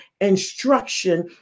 instruction